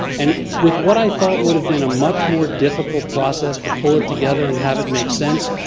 and with what i thought would have been a much more difficult process, to pull it together and have it make sense.